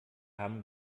haben